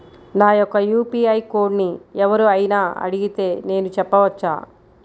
నా యొక్క యూ.పీ.ఐ కోడ్ని ఎవరు అయినా అడిగితే నేను చెప్పవచ్చా?